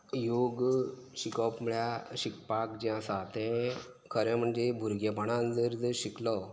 योग शिकप म्हळ्यार शिकपाक जें आसा तें खरें म्हणजे भुरगेपणांत जर शिकलो